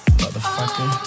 motherfucker